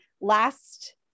last